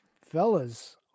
fellas